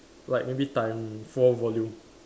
like maybe time four volume